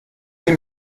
sie